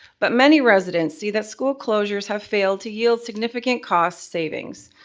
but many residents see that school closures have failed to yield significant cost savings.